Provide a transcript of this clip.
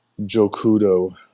Jokudo